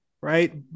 Right